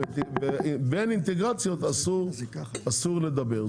ובין אינטגרציות אסור לדבר.